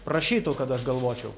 prašytų kad aš galvočiau